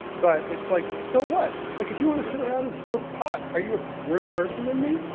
but it's like, so what? like if you want to sit around and smoke pot, are you a worse person that me?